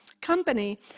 company